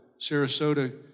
Sarasota